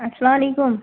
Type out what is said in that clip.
اسلامُ علیکم